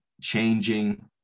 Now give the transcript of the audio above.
changing